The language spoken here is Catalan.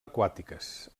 aquàtiques